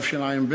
תשע"ב,